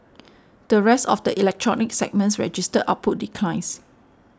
the rest of the electronics segments registered output declines